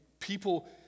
People